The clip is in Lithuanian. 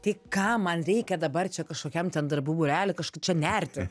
tai kam man reikia dabar čia kažkokiam ten darbų būrely kažk čia nerti